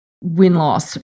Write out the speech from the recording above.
win-loss